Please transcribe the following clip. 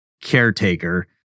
caretaker